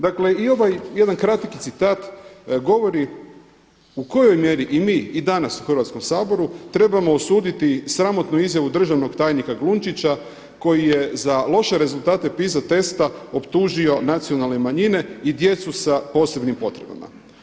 Dakle i ovaj jedan kratak citat govori u kojoj mjeri i danas u Hrvatskom saboru trebamo osuditi sramotnu izjavu državnog tajnika Glunčića koji je za loše rezultate PISA testa optužio nacionalne manjine i djecu sa posebnim potrebama.